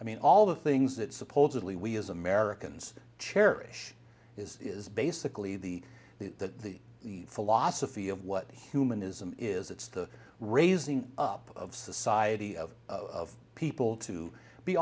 i mean all the things that supposedly we as americans cherish is is basically the that the philosophy of what humanism is it's the raising up of society of people to be